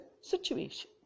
situation